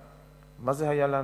רבותי, מה זה היה לנו?